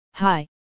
Hi